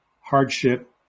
hardship